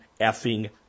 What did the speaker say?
effing